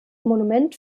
monument